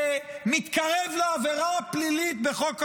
זה מתקרב לעבירה פלילית בחוק העונשין,